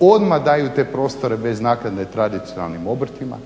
Odmah daju te prostore bez naknade tradicionalnim obrtima.